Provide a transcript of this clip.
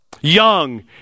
Young